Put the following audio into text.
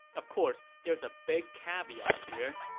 of course, there's a big caveat here.